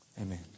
Amen